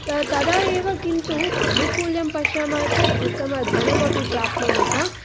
तदा एव किन्तु अनुकूलं पश्यामः चेत् उत्तम धनमपि प्राप्नुमः